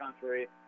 Country